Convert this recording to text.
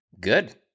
good